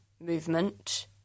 movement